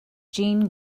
jean